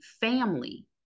family